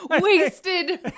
Wasted